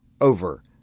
over